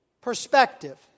perspective